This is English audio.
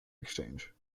exchange